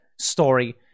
story